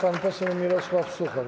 Pan poseł Mirosław Suchoń.